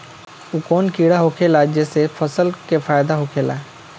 उ कौन कीड़ा होखेला जेसे फसल के फ़ायदा होखे ला?